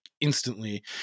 instantly